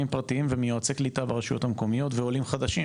פרטיים ומיועצי קליטה ברשויות המקומיות ועולים חדשים,